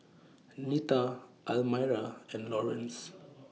Nita Almyra and Laurence